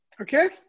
Okay